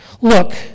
look